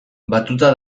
batuta